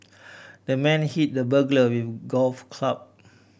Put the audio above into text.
the man hit the burglar with a golf club